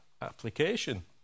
application